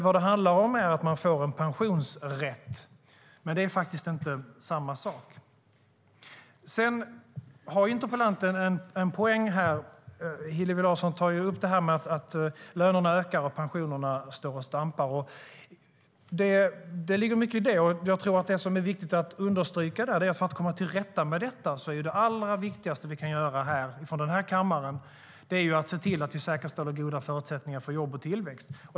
Det handlar om att man får en pensionsrätt, men det är faktiskt inte samma sak. Interpellanten har dock en poäng. Hillevi Larsson tar upp att lönerna ökar och att pensionerna står och stampar. Det ligger mycket i det. Här är det viktigt att understryka att för att komma till rätta med detta är det allra viktigaste vi kan göra från denna kammare att se till att vi säkerställer goda förutsättningar för jobb och tillväxt.